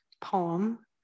poem